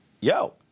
yo